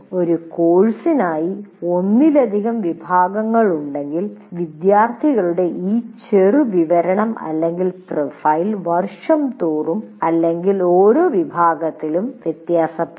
ഒരു കോഴ്സിനായി ഒന്നിലധികം വിഭാഗങ്ങളുണ്ടെങ്കിൽ വിദ്യാർത്ഥികളുടെ ഈ ചെറുവിവരണം പ്രൊഫൈൽ വർഷം തോറും അല്ലെങ്കിൽ ഓരോ വിഭാഗത്തിലും വ്യത്യാസപ്പെടാം